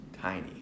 tiny